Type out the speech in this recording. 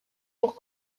pour